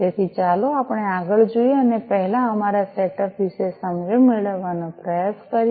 તેથી ચાલો આપણે આગળ જઈએ અને પહેલા અમારા સેટઅપ વિશે સમજણ મેળવવાનો પ્રયાસ કરીએ